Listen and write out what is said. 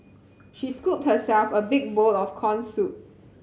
she scooped herself a big bowl of corn soup